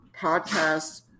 podcast